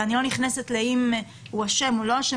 ואני לא נכנסת לשאלה אם הוא אשם או לא אשם,